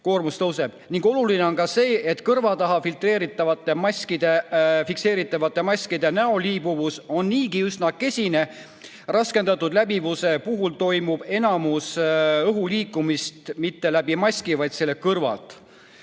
koormus tõuseb. Oluline on ka see, et kõrva taha fikseeritavate maskide näole liibuvus on niigi üsna kesine, raskendatud läbivuse puhul toimub enamus õhu liikumisest mitte läbi maski, vaid selle kõrvalt.